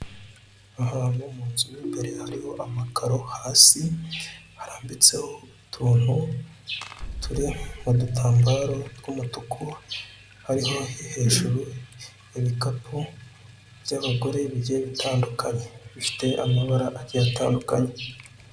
Ahantu mu inzu mw'imbere hari amakaro, hasi harambitseho utuntu turi mudu tambaro, tw'umutuku, hariho hejuru m'udukapu tw'abagore bigiye bitandukanye bifite amabara agiye atandukanye.